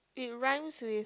it rhymes with